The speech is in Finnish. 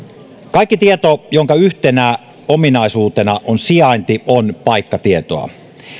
kaikki tieto jonka yhtenä ominaisuutena on sijainti on paikkatietoa